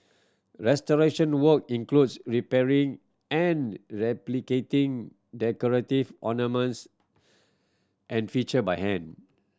restoration work includes repairing and replicating decorative ornaments and feature by hand